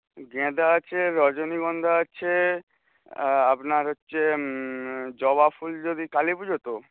গেঁদা আছে রজনীগন্ধা আছে আপনার হচ্ছে জবা ফুল যদি কালী পুজো তো